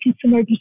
consumer